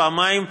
פעמיים,